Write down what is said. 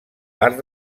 part